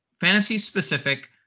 fantasy-specific